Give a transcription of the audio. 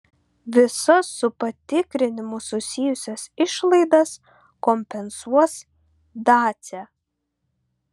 visas su patikrinimu susijusias išlaidas kompensuos dacia